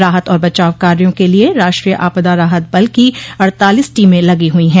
राहत और बचाव कार्यो के लिये राष्ट्रीय आपदा राहत बल की अड़तालीस टीमें लगी हुई है